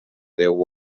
deu